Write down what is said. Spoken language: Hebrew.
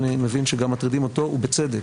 אני מבין שגם מטרידים אותו ובצדק,